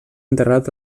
enterrat